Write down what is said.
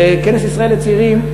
וכנס ישראל לצעירים,